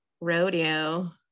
rodeo